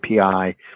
API